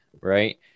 Right